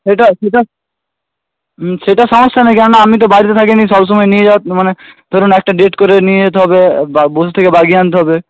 সেটা সেটা সেটা সমস্যা নেই কেননা আমি তো বাড়িতে থাকি নি সব সময় নিয়ে যাওয়া মানে ধরুন একটা ডেট করে নিয়ে যেতে হবে বা বসে থেকে বাগিয়ে আনতে হবে